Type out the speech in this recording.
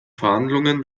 verhandlungen